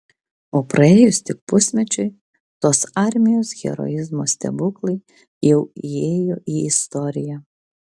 o praėjus tik pusmečiui tos armijos heroizmo stebuklai jau įėjo į istoriją